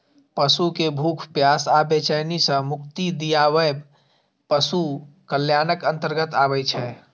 पशु कें भूख, प्यास आ बेचैनी सं मुक्ति दियाएब पशु कल्याणक अंतर्गत आबै छै